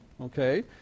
okay